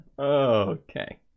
Okay